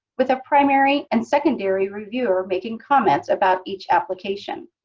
with a primary and secondary reviewer making comments about each application.